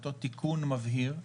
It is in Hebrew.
אותו תיקון מבהיר,